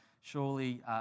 surely